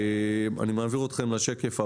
אני מעביר אתכם לשקף הבא.